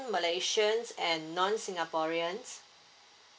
malaysians and non singaporeans